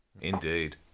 Indeed